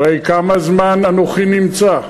הרי כמה זמן אנוכי נמצא?